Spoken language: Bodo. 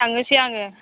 थांनोसै आङो